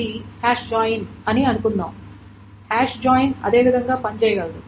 ఇది hash join అని అనుకుందాం హాష్ జాయిన్ అదే విధంగా పని చేయగలదు